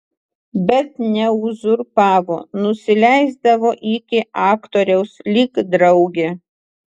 bet neuzurpavo nusileisdavo iki aktoriaus lyg draugė